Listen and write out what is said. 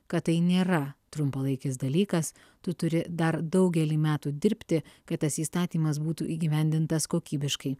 kad tai nėra trumpalaikis dalykas tu turi dar daugelį metų dirbti kad tas įstatymas būtų įgyvendintas kokybiškai